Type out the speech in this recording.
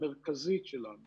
המרכזית שלנו